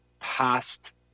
past